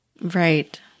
right